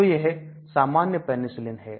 तो यह सामान्य पेनिसिलिन है